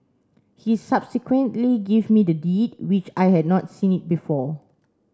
he subsequently gave me the deed which I had not seen it before